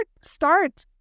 start